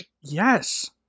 Yes